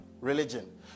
religion